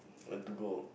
where to go